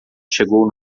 chegou